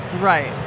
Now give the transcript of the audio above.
Right